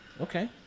okay